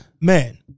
Man